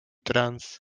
trans